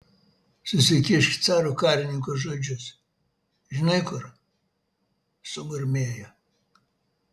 susikišk caro karininkų žodžius žinai kur sumurmėjo